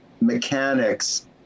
mechanics